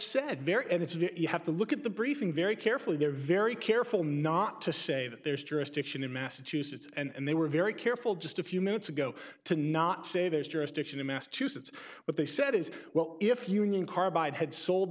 very and it's if you have to look at the briefing very carefully they're very careful not to say that there is jurisdiction in massachusetts and they were very careful just a few minutes ago to not say there's jurisdiction in massachusetts what they said is well if union carbide had sold